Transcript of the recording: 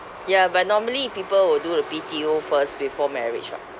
ya but normally people will do the B_T_O first before marriage [what]